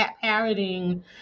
parroting